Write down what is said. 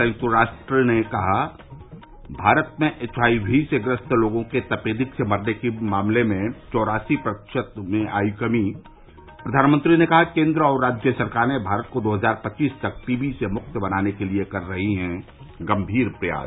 संयुक्त राष्ट्र ने कहा भारत में एचआईवी से ग्रस्त लोगों के तपेदिक से मरने के मामले चौरासी प्रतिशत हुए कम प्रधानमंत्री ने कहा केन्द्र और राज्य सरकारें भारत को दो हजार पच्चीस तक टीबी से मुक्त बनाने के लिए कर रही है गम्भीर प्रयास